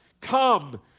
come